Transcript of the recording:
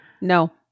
No